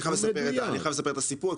אני חייב לספר את הסיפור,